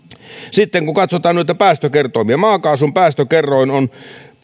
kun katsotaan päästökertoimia maakaasun päästökerroin on